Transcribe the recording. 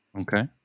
Okay